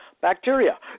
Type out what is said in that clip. bacteria